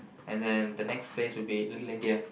and then the next place would be Little-India